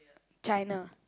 China